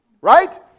Right